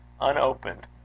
unopened